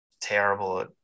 terrible